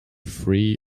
free